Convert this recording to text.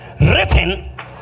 written